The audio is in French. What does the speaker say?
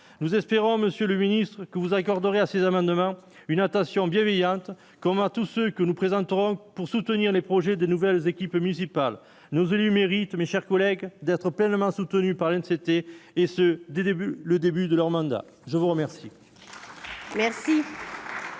nous espérons, monsieur le ministre, que vous accorderez à ces amendements une attention bienveillante, comme tout ce que nous présenterons pour soutenir les projets de nouvelles équipes municipales, nos élus mérite mes chers collègues, d'être pleinement soutenus par l'Inde s'était et ce dès début le début de leur mandat, je vous remercie.